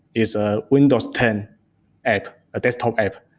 is ah windows ten app, a desktop app.